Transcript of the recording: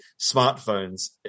smartphones